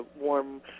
warm